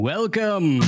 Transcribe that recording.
Welcome